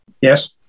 Yes